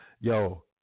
yo